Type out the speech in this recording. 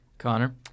Connor